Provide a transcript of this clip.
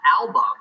album